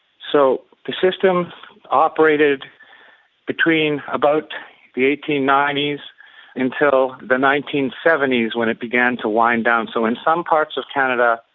so the system operated between about the eighteen ninety s until the nineteen seventy s when it began to wind down. so in some parts of canada,